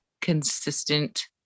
consistent